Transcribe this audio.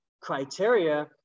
criteria